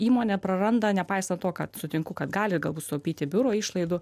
įmonė praranda nepaisant to kad sutinku kad gali galbūt sutaupyti biuro išlaidų